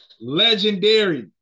legendary